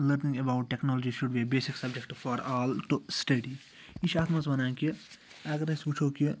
learning about technology should be basic subject for all to study یہِ چھِ اَتھ مَنٛز ونان کہِ اگر أسۍ وٕچھو کہِ